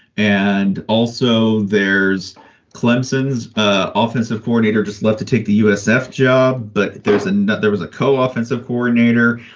and also, there's clemson's ah ah offensive coordinator just left to take the usf job but there is and there was a coach, offensive coordinator,